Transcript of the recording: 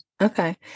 Okay